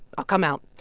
i'll come out.